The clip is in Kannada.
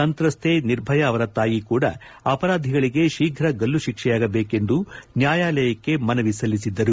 ಸಂತ್ರಸ್ತೆ ನಿರ್ಭಯಾ ಅವರ ತಾಯಿ ಕೂಡ ಅಪರಾಧಿಗಳಿಗೆ ಶೀಘ ಗಲ್ಲು ತಿಕ್ಷೆಯಾಗಬೇಕೆಂದು ನ್ಯಾಯಾಲಯಕ್ಕೆ ಮನವಿ ಸಲ್ಲಿಸಿದ್ದರು